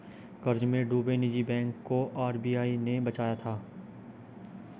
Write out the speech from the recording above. कर्ज में डूबे निजी बैंक को आर.बी.आई ने बचाया था